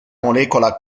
molecola